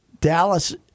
Dallas